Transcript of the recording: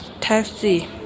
taxi